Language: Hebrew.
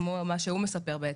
כמו מה שהוא מספר בעצם.